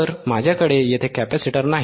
तर माझ्याकडे येथे कॅपेसिटर नाही